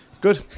Good